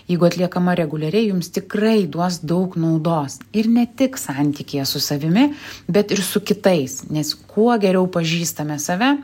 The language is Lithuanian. jeigu atliekama reguliariai jums tikrai duos daug naudos ir ne tik santykyje su savimi bet ir su kitais nes kuo geriau pažįstame save